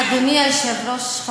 אדוני היושב-ראש,